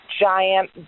giant